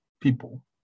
people